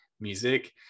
music